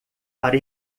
para